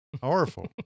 powerful